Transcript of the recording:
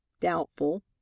doubtful